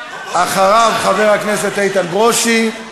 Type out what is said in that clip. חבר הכנסת איתן ברושי.